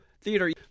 Theater